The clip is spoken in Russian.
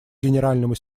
генеральному